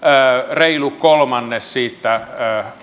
reilu kolmannes siitä